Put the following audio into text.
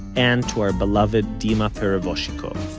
and to our beloved dima perevozchikov